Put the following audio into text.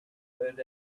good